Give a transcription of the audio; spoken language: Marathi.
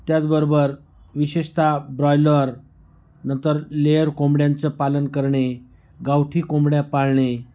त्याचबरोबर विशेषता ब्रॉयलर नंतर लेअर कोंबड्यांचं पालन करणे गावठी कोंबड्या पाळणे